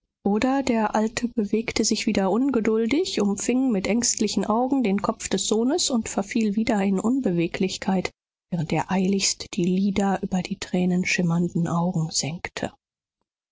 oder der alte bewegte sich wieder ungeduldig umfing mit ängstlichen augen den kopf des sohnes und verfiel wieder in unbeweglichkeit während er eiligst die lider über die tränenschimmernden augen senkte